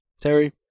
Terry